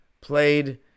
played